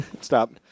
Stop